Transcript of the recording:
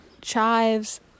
chives